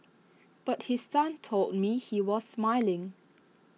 but his son told me he was smiling